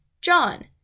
John